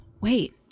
wait